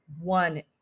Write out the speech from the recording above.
one